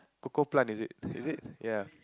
cocoa plant is it is it ya